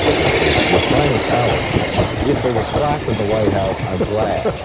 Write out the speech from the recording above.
it was your finest hour if if there was flap in the white house, i'm glad.